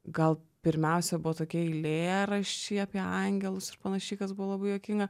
gal pirmiausia buvo tokie eilėraščiai apie angelus ir panašiai kas buvo labai juokinga